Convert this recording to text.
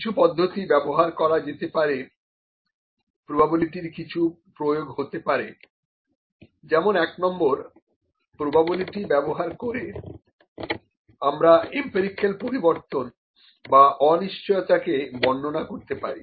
কিছু পদ্ধতি ব্যবহার করা যেতে পারে প্রোবাবিলিটির কিছু প্রয়োগ হাতে পারে যেমন এক নম্বর প্রোবাবিলিটির ব্যবহার করে আমরি এম্পিরিক্যাল পরিবর্তন বা অনিশ্চয়তাকে বর্ণনা করতে পারি